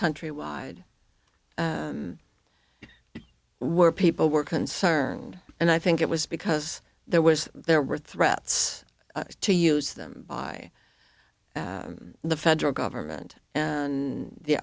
country wide where people were concerned and i think it was because there was there were threats to use them by the federal government and the